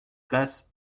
place